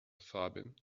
sabin